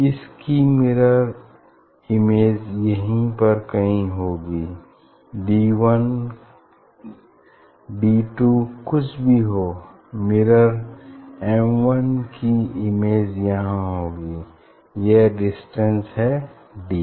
इसकी mirror image यहीं पर कहीं होगी डी वन डी टू कुछ भी हो मिरर एम वन की इमेज यहाँ होगी यह डिस्टेंट है डी